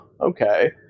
okay